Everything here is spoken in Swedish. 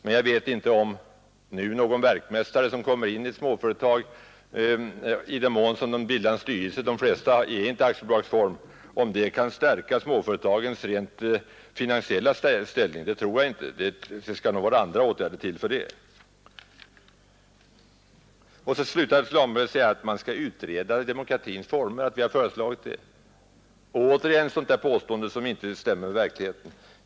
Men om nu någon verkmästare kommer in i småföretagets styrelse, i den mån man bildar en styrelse — de flesta småföretag har inte aktiebolagsform — så tror jag inte att detta kan stärka småföretagens rent finansiella ställning; det skall nog andra åtgärder till för det, och det är en annan fråga. Så slutar herr Svanberg med att säga att vi har föreslagit att man skall utreda demokratins former. Det är återigen ett sådant där påstående som inte stämmer med verkligheten.